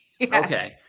Okay